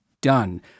done